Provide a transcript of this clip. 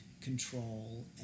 control